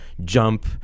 Jump